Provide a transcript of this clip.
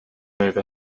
over